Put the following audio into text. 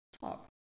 talk